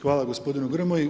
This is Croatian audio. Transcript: Hvala gospodinu Grmoji.